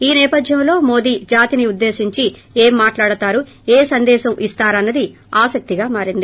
ఈ నేపథ్యంలో మోదీ జాతినుద్దేశించి ఏం మాట్లాడతారు ఏ సందేశం ఇస్తారన్న ది ఆశస్తిగా మారింది